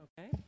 Okay